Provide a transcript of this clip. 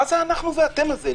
מה זה ה"אנחנו ואתם" הזה?